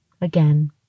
again